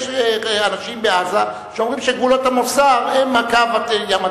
יש אנשים בעזה שאומרים שגבולות המוסר הם קו הים התיכון.